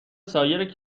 سایر